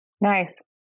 Nice